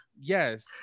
yes